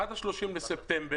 ועד 30 בספטמבר,